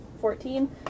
Fourteen